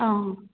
অঁ